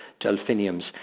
delphiniums